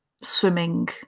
swimming